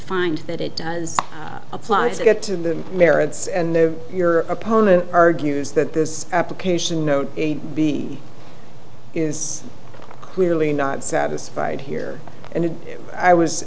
find that it does apply to get to the merits and the your opponent argues that this application note a b is clearly not satisfied here and i was